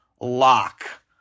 lock